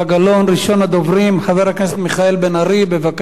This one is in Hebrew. ראשון הדוברים, חבר הכנסת מיכאל בן-ארי, בבקשה.